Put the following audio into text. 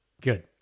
Good